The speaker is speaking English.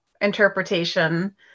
interpretation